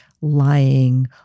lying